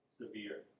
severe